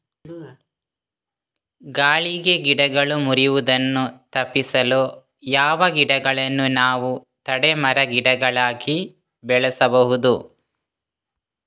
ಗಾಳಿಗೆ ಗಿಡಗಳು ಮುರಿಯುದನ್ನು ತಪಿಸಲು ಯಾವ ಗಿಡಗಳನ್ನು ನಾವು ತಡೆ ಮರ, ಗಿಡಗಳಾಗಿ ಬೆಳಸಬಹುದು?